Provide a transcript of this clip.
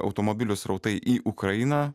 automobilių srautai į ukrainą